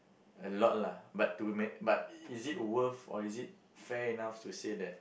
a lot lah but to mea~ but it is worth or is it fair enough to say that